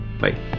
Bye